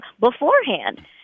beforehand